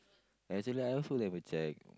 actually I also never check